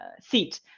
seat